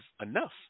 enough